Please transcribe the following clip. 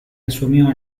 asumió